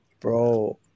Bro